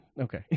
Okay